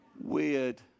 Weird